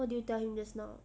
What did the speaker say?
what did you tell him just now